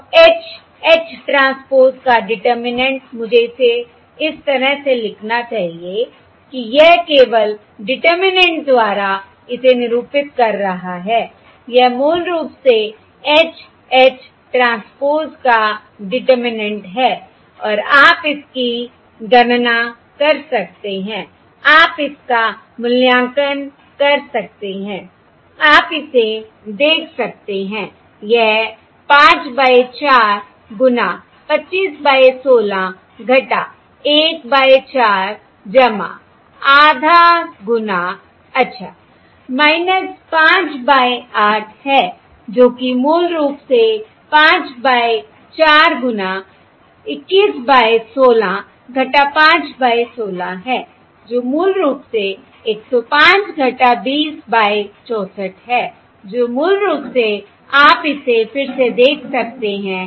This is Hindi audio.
तो H H ट्रांसपोज़ का डिटरमिनेन्ट मुझे इसे इस तरह से लिखना चाहिए कि यह केवल डिटरमिनेन्ट द्वारा इसे निरूपित कर रहा है यह मूल रूप से H H ट्रांसपोज़ का डिटरमिनेन्ट है और आप इसकी गणना कर सकते हैं आप इसका मूल्यांकन कर सकते हैं आप इसे देख सकते हैं यह 5 बाय 4 गुना 25 बाय 16 1 बाय 4 आधा गुना अच्छा 5 बाय 8 है जो कि मूल रूप से 5 बाय 4 गुना 21 बाय 16 5 बाय 16 है जो मूल रूप से 105 20 बाय 64 है जो मूल रूप से आप इसे फिर से देख सकते हैं